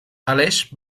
aleix